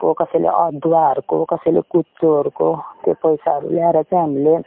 को कसैले अदुवाहरूको कसैले कुच्चोहरूको त्यो पैसाहरू ल्याएर चाहिँ हामीले